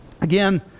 Again